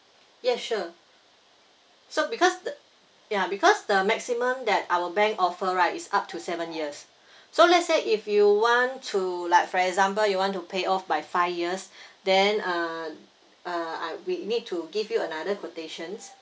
yes sure so because the ya because the maximum that our bank offer right is up to seven years so let's say if you want to like for example you want to pay off by five years then uh uh I we need to give you another quotations